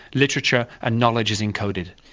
literature and knowledge is encoded.